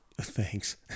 Thanks